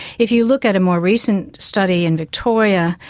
if you look at a more recent study in victoria,